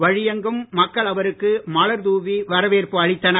வழியெங்கும் மக்கள் அவருக்கு மலர் தூவி வரவேற்பு அளித்தனர்